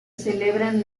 celebran